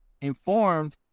informed